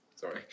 Sorry